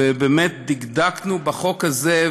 ובאמת דקדקנו בחוק הזה,